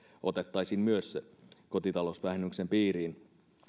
otettaisiin myös kotitalousvähennyksen piiriin